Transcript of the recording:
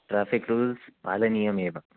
traffic rules पालनीयमेव